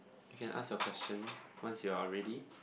can ask your question once you are ready